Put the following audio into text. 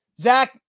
Zach